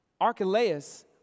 Archelaus